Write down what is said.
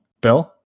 Bill